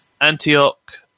Antioch